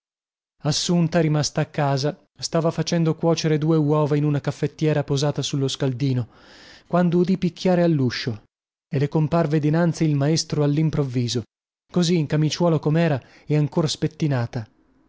assunta rimasta a casa stava facendo cuocere due uova in una caffettiera posata sullo scaldino quando udì picchiare alluscio e le comparve dinanzi il maestro allimprovviso così in camiciuola comera e ancor spettinata